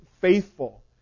faithful